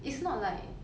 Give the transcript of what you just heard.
it's not like